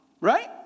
Right